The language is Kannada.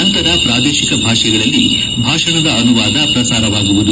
ನಂತರ ಪ್ರಾದೇಶಿಕ ಭಾಷೆಗಳಲ್ಲಿ ಭಾಷಣದ ಅನುವಾದ ಪ್ರಸಾರವಾಗಲಿದೆ